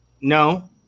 No